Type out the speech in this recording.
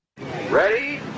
ready